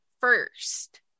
first